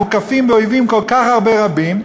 מוקפים באויבים כל כך רבים,